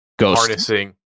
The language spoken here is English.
harnessing